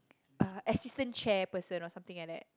uh assistant chairperson or something like that